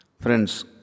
Friends